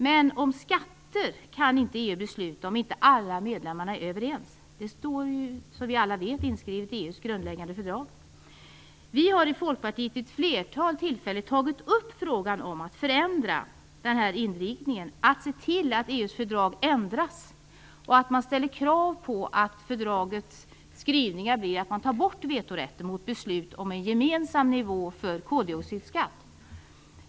Men EU kan inte besluta om skatter om inte alla medlemmar är överens. Det står ju som vi alla vet inskrivet i EU:s grundläggande fördrag. Vi i Folkpartiet har vid ett flertal tillfällen tagit upp frågan om en förändring av inriktningen så att EU:s fördrag ändras i den meningen att man ställer krav på att fördragets skrivningar blir att vetorätten tas bort när det gäller beslut om en gemensam nivå för koldioxidutsläpp.